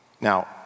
Now